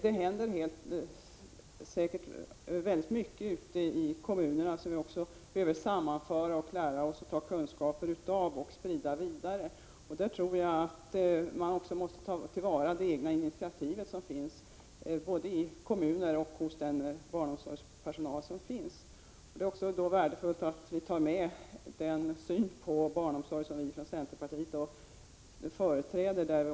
Jag är säker på att mycket är på gång ute i kommunerna. Således finns det material som behöver sammanföras och som vi kan lära av. Dessa kunskaper får sedan spridas vidare. Jag tror att man också måste ta till vara den enskilde individens initiativ, både i kommunerna och bland barnomsorgspersonalen. Det är värdefullt att också ta fasta på den syn som vi i centerpartiet har.